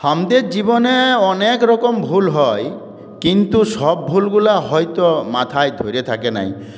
আমাদের জীবনে অনেক রকম ভুল হয় কিন্তু সব ভুলগুলা হয়তো মাথায় ধরে থাকে নাই